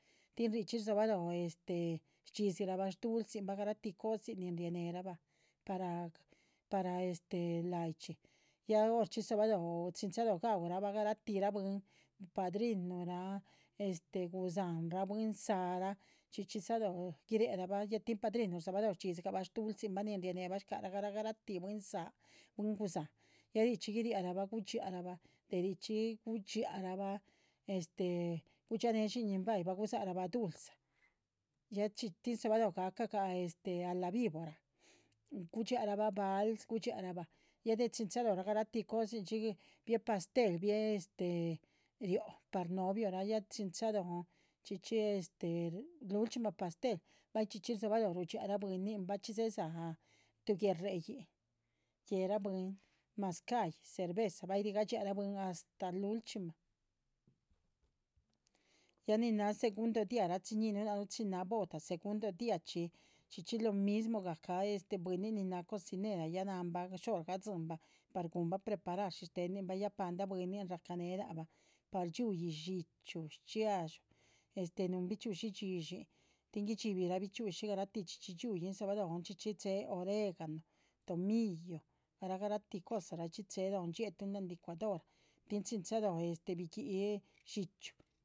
Tin richxí rdzobalóho este shdxídzirabah dulzinbah garatih cosin nin rianéherabah para gah para este, láhayi chxí, ya horchxí dzobalóho chin chalóho. gaúrabah garatih rah bwín padrinuh garahtih ra bwín padrinuhraa este gudzáhanraa bwín záaraa chxí chxí dzalóho, guiriah rabah ya tin padrinuh rdzobalóho. shdxídzigabah shdulcinbah nin rianehbah shcáharah garah garah tih bwín záa, bwín gudzáhan ya richxí guiriáha rabah gudxíarabah de richxí ri gudxíarabah. este gudxía néhe dxín ñin bahyih rabah gudzáha rabah dulza ya tin dzóhobaloho gahca gah este a la víbora, gudxiá rah bah vals, gudxia rah bah ya de chin chalóho garaih. cosinchxí bieh pastel bieh este, rióh par novio rah ya chin chalóhon chxí chxí este lulchximah pastel bay chxí chxí rdzobalóho rudxia rah bwínin bachxí dzéhe dzáha. tuh guérreyihn guéhera bwín mazcáhyi cerveza bay rigadxíah rabah bwín astáh lulchxímah ya nin náha segundo día rachiñihinuh lac nuh chin náha boda segundo díachxi. chxí chxí loh mismo, gahca este bwínin nin náha cocinera ya náhanbah shor gadzíhinbah par guhunbah preparar shish téhenin bah. ya paldah bwínin rahca néhe lac bah par dxíuyi dxíchyu, shchxiadxú, este núhun bichxi´ushi dxídshin tin guidxíbirah bichxi´ushi garatih dxíhuyin. dzobalóhon chxí chxí chéhe oregano tomillo garah garahtih cosarachxí chéhe dxiéhetun láhan licuadora tin chin chalóho este biguihi dxíchyu